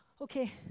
Okay